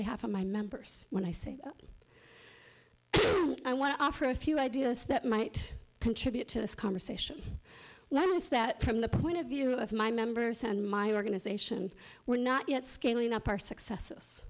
behalf of my members when i say i want to offer a few ideas that might contribute to this conversation one is that from the point of view of my members and my organization we're not yet scaling up our success